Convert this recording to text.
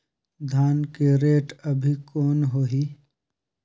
धान के रेट अभी कौन होही?